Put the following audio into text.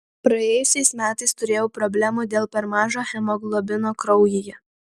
praėjusiais metais turėjau problemų dėl per mažo hemoglobino kraujyje